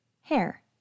Hair